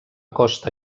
costa